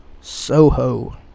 Soho